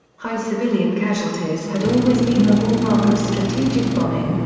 high civilian casualties had always been the hallmark of strategic bombing,